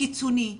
קיצוני,